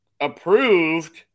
approved